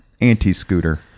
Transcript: anti-scooter